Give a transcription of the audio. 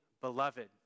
beloved